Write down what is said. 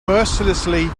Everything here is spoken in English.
mercilessly